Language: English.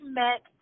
met